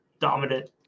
dominant